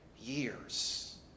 years